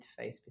interface